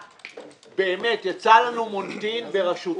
שיצא לנו מוניטין בראשותך,